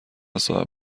صاحب